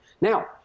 Now